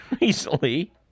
recently